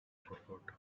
forgot